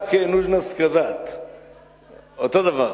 אותו הדבר?